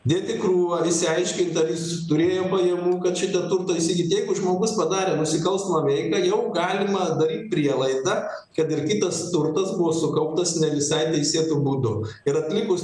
dėt į krūvą išsiaiškint ar jis turėjo pajamų kad šitą turtą įsigyt jeigu žmogus padarė nusikalstamą veiką jau galima daryt prielaidą kad ir kitas turtas buvo sukauptas ne visai teisėtu būdu ir atlikus